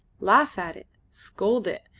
laugh at it, scold it,